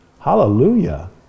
hallelujah